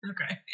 Okay